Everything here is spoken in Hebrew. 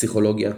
פסיכולוגיה